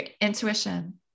intuition